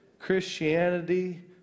Christianity